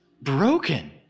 broken